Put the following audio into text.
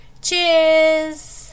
Cheers